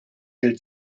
del